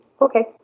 Okay